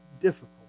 difficult